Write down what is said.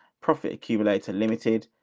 profit accumulator limited.